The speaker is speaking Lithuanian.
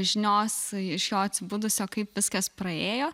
žinios iš jo atsibudusio kaip viskas praėjo